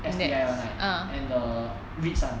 S_T_I one right and the leads one